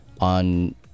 On